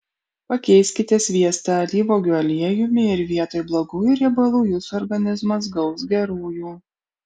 pakeiskite sviestą alyvuogių aliejumi ir vietoj blogųjų riebalų jūsų organizmas gaus gerųjų